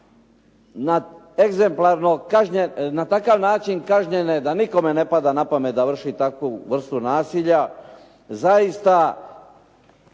na takav način kažnjene da nikome ne padne na pamet da vrši takvu vrstu nasilja. Zaista